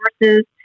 resources